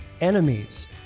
enemies